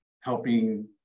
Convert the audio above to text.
helping